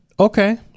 okay